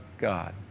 God